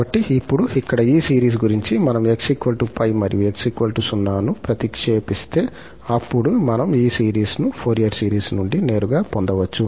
కాబట్టి ఇప్పుడు ఇక్కడ ఈ సిరీస్ గురించి మనం 𝑥 𝜋 మరియు 𝑥 0 ను ప్రతిక్షేపిస్తే అప్పుడు మనము ఈ సిరీస్ను ఫోరియర్ సిరీస్ నుండి నేరుగా పొందవచ్చు